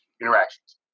interactions